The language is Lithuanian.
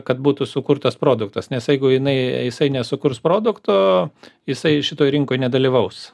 kad būtų sukurtas produktas nes jeigu jinai jisai nesukurs produkto jisai šitoj rinkoj nedalyvaus